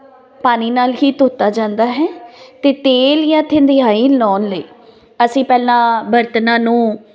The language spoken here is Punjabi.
ਪਾਣੀ ਨਾਲ ਹੀ ਧੋਤਾ ਜਾਂਦਾ ਹੈ ਤੇ ਤੇਲ ਜਾਂ ਧੰਦਿਆਈ ਲਾਉਣ ਲਈ ਅਸੀਂ ਪਹਿਲਾਂ ਬਰਤਨਾਂ ਨੂੰ